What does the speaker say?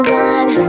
one